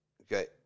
Okay